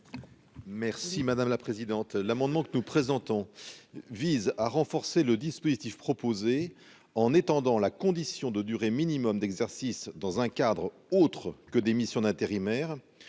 Merci madame la présidente, l'amendement que nous présentons, vise à renforcer le dispositif proposé en étendant la condition de durée minimum d'exercice dans un cadre autre que des missions d'intérimaires